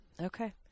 Okay